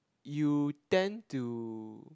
you tend to